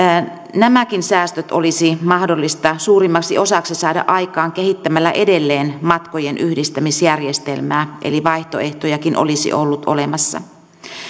nämäkin säästöt olisi mahdollista suurimmaksi osaksi saada aikaan kehittämällä edelleen matkojen yhdistämisjärjestelmää eli vaihtoehtojakin olisi ollut olemassa